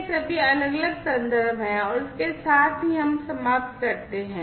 ये सभी अलग अलग संदर्भ हैं और इसके साथ ही हम समाप्त करते हैं